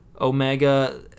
Omega